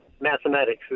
mathematics